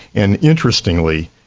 and interestingly,